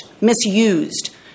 misused